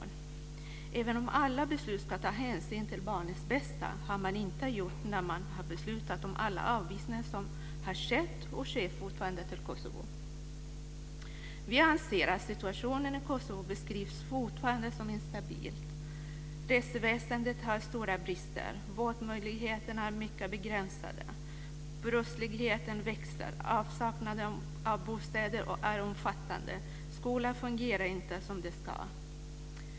Även om man säger att man i alla beslut ska ta hänsyn till barnens bästa har man inte gjort det när man har beslutat om alla avvisningar som har skett och sker fortfarande till Vi anser att situationen i Kosovo kan fortfarande beskrivas som instabil. Rättsväsendet har stora brister, vårdmöjligheterna är mycket begränsade, brottsligheten ökar, avsaknaden av bostäder är omfattande, skolan fungerar inte som den ska.